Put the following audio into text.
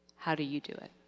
how do you do it?